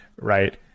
right